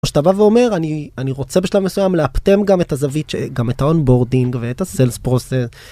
כשאתה בא ואומר אני, אני רוצה בשלב מסוים לאפטם גם את הזווית של, גם את האון בורדינג ואת הסיילס פרוסס.